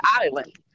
island